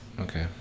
Okay